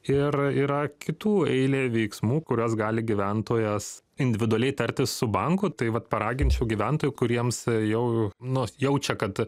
ir yra kitų eilė veiksmų kuriuos gali gyventojas individualiai tartis su banku tai vat paraginčiau gyventojų kuriems jau nu jaučia kad